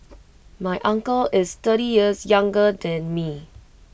my uncle is thirty years younger than me